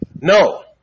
No